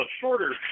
shorter